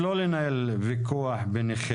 אז אולי לא ייכנסו בגלל הסיבות שאתה מונה,